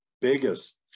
biggest